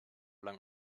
lang